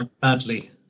badly